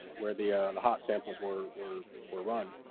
where the the hot samples were were were run.